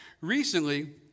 recently